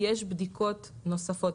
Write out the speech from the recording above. יש בדיקות נוספות.